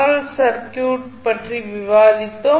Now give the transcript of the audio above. L circuit பற்றி விவாதித்தோம்